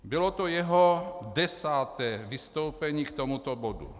Bylo to jeho desáté vystoupení k tomuto bodu.